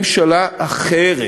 בממשלה אחרת,